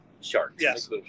sharks